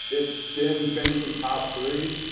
if jim finishes top three,